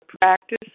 practice